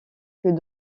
que